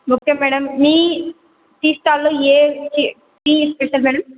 okay madam మీ tea స్టాల్లో ఏ టీ స్పెషల్ మేడం